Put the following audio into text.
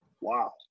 wow